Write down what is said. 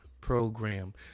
Program